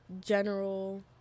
general